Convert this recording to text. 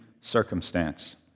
circumstance